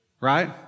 Right